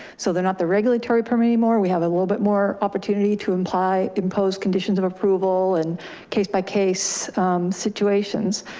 so they're not the regulatory permit anymore. we have a little bit more opportunity to imply impose conditions of approval and case by case situations.